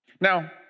Now